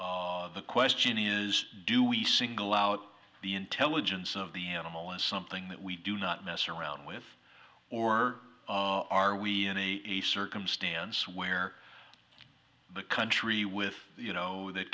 the question is do we single out the intelligence of the animal is something that we do not mess around with or are we in a circumstance where the country with you know that